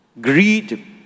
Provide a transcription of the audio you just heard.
Greed